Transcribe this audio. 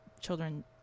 children